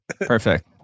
Perfect